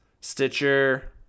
Stitcher